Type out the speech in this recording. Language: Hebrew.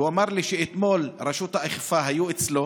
והוא אמר לי שאתמול רשות האכיפה היו אצלו